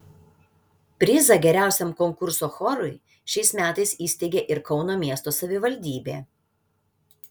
prizą geriausiam konkurso chorui šiais metais įsteigė ir kauno miesto savivaldybė